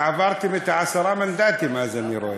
עברתם את העשרה מנדטים אז, אני רואה.